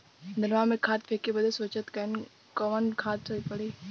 धनवा में खाद फेंके बदे सोचत हैन कवन खाद सही पड़े?